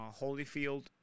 Holyfield